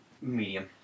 medium